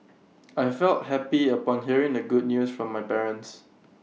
I felt happy upon hearing the good news from my parents